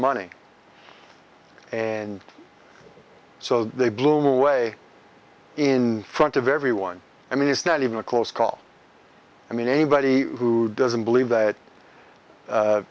money and so they blew him away in front of everyone i mean it's not even a close call i mean anybody who doesn't believe that